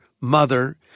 mother